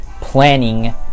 planning